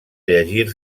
llegir